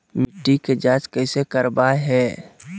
मिट्टी के जांच कैसे करावय है?